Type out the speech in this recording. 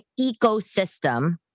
ecosystem